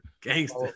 Gangster